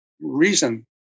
reason